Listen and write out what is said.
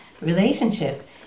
relationship